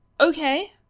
Okay